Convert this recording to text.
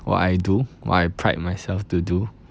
what I do what I pride myself to do